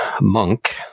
monk